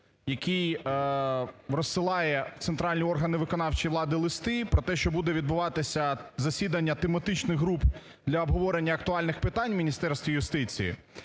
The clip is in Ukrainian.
який розсилає в центральні органи виконавчої влади листи про те, що будуть відбуватися засідання тематичних груп для обговорення актуальних питань Міністерства юстиції,